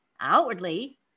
outwardly